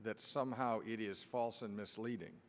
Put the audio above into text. that somehow it is false and misleading